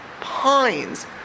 pines